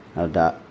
ꯑꯗꯨꯗ